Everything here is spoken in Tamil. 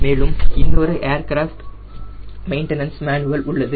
மேலும் இன்னொரு ஏர்கிராஃப்ட் மெயின்டனன்ஸ் மேனுவல் உள்ளது